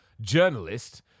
journalist